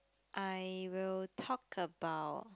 I will talk about